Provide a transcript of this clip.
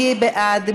מי בעד?